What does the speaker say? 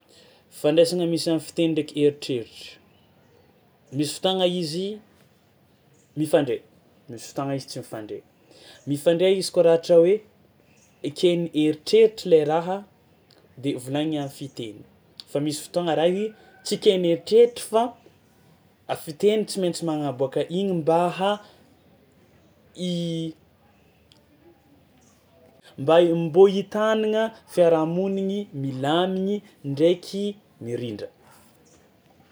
Fifandraisagna misy am'fiteny ndraiky eritreritra: misy fotoagna izy mifandray, misy fotoagna izy tsy mifandray; mifandray izy kôa raha ohatra hoe eken'ny eritreritra le raha de volagny am'fiteny fa misy fotoagna raha igny tsy eken'ny eritreritra fa a fiteny tsy maintsy magnaboàka igny mba ha- mba i- mbô itagnana fiarahamonigny milamigny ndraiky mirindra.